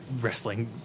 wrestling